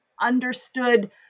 understood